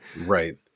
Right